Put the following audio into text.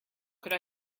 could